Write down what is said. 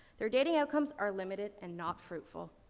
their dating outcomes are limited and not fruitful.